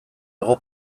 hego